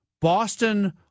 Boston